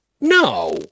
no